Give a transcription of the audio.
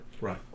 Right